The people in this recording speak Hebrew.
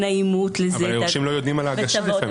אבל היורשים לא יודעים על ההגשה לפעמים.